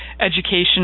education